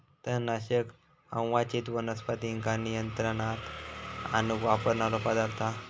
तणनाशक अवांच्छित वनस्पतींका नियंत्रणात आणूक वापरणारो पदार्थ हा